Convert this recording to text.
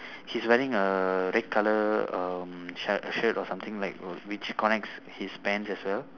he's wearing a red colour um shirt shirt or something like which connects his pants as well